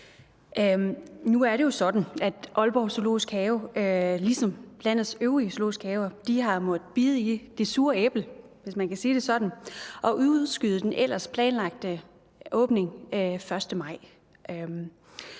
Nu er det jo sådan, at Aalborg Zoo, ligesom landets øvrige zoologiske haver, har måttet bide i det sure æble, hvis man kan sige det sådan, og udskyde den ellers planlagte åbning den 1. maj